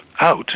out